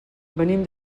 venim